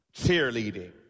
Cheerleading